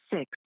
six